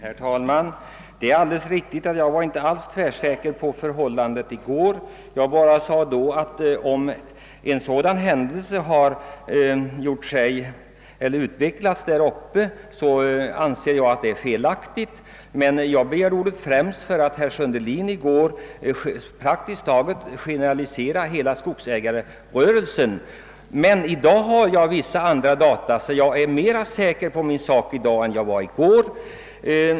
Herr talman! Det är alldeles riktigt att jag inte var tvärsäker på förhållandena i går — jag sade då endast att om en sådan händelse hade utspelats där uppe ansåg jag att förfaringssättet var felaktigt. Vad jag vände mig mot var emellertid att herr Sundelin generaliserade detta till hela skogsägarrörelsen. I dag har jag tillgång till vissa andra data och därför är jag mer säker på min sak i dag än i går.